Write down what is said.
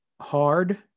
hard